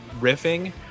riffing